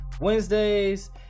Wednesdays